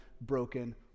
broken